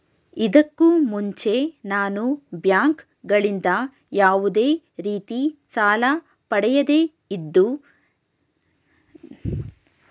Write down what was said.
ಇದಕ್ಕೂ ಮುಂಚೆ ನಾನು ಬ್ಯಾಂಕ್ ಗಳಿಂದ ಯಾವುದೇ ರೀತಿ ಸಾಲ ಪಡೆಯದೇ ಇದ್ದು, ನನಲ್ಲಿ ಸಿಬಿಲ್ ಸ್ಕೋರ್ ಇಲ್ಲದಿರುವುದರಿಂದ ನಾನು ಏನು ಮಾಡಬೇಕು?